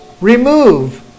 remove